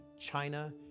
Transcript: China